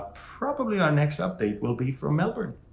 probably our next update will be from melbourne,